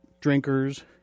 drinkers